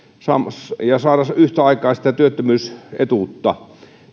ja saada yhtä aikaa sitä työttömyysetuutta